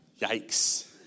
Yikes